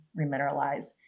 remineralize